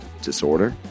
disorder